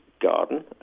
garden